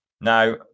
now